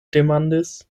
demandis